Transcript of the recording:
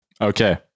Okay